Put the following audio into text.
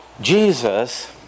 Jesus